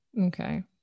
Okay